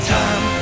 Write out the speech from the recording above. time